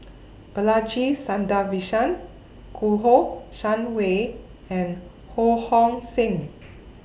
Balaji Sadasivan Kouo Shang Wei and Ho Hong Sing